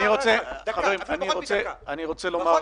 רוצה לסכם.